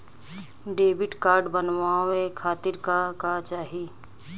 Debit card बनवावे खातिर का का चाही?